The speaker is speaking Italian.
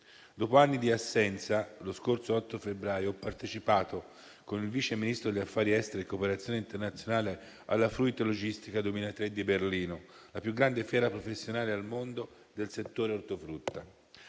Dopo anni di assenza, lo scorso 8 febbraio ho partecipato, con il vice Ministro degli affari esteri e della cooperazione internazionale, alla Fruit Logistica 2023 di Berlino, la più grande fiera professionale al mondo del settore ortofrutta.